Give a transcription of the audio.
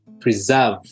preserve